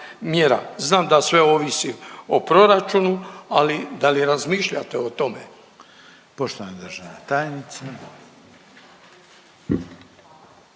Znam da sve ovisi o proračunu, ali da li razmišljate o tome?